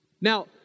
Now